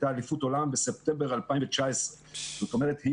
בה היתה באליפות העולם בספטמבר 2019. זאת אומרת,